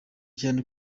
cyane